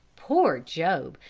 poor job,